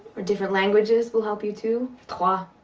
or difference languages will help you too. trois,